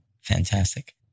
Fantastic